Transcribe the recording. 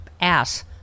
ass